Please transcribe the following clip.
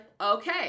okay